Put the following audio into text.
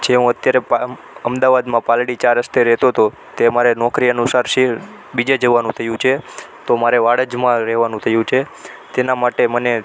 જે હું અત્યારે પા અમદાવાદમાં પાલડી ચાર રસ્તે રહેતો હતો તે અમારે નોકરી અનુસાર સીલ બીજે જવાનું થયું છે તો મારે વાડજમાં રહેવાનું થયું છે તેના માટે મને